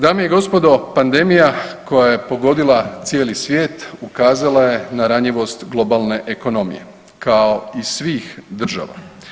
Dame i gospodo, pandemija koja je pogodila cijeli svijet, ukazala je na ranjivost globalne ekonomije kao i svih država.